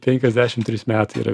penkiasdešim trys metai yra